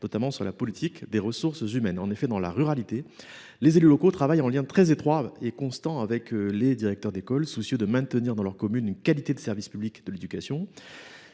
notamment en ce qui concerne les ressources humaines. En effet, dans la ruralité, les élus locaux travaillent en lien très étroit et constant avec les directeurs d’école, dans le souci de maintenir dans leur commune la qualité du service public de l’éducation.